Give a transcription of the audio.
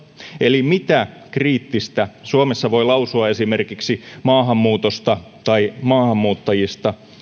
eli mitä kriittistä suomessa voi lausua esimerkiksi maahanmuutosta tai maahanmuuttajista